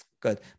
Good